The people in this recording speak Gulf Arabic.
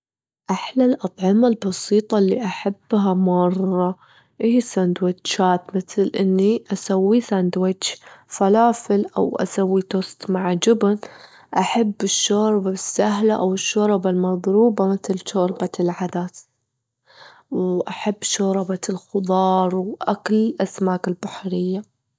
أحلى الأطعمة البسيطة اللي أحبها مرة، هي السندوتشات مثل إني أسوي سندوتش فلافل، أو أسوي توست مع جبن، أحب الشوربة السهلة أو الشوربة المضروبة متل شوربة العدس، وأحب شوربة الخضار، وأكل الأسماك البحرية.